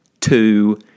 two